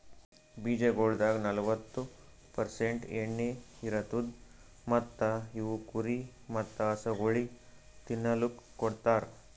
ಬೀಜಗೊಳ್ದಾಗ್ ನಲ್ವತ್ತು ಪರ್ಸೆಂಟ್ ಎಣ್ಣಿ ಇರತ್ತುದ್ ಮತ್ತ ಇವು ಕುರಿ ಮತ್ತ ಹಸುಗೊಳಿಗ್ ತಿನ್ನಲುಕ್ ಕೊಡ್ತಾರ್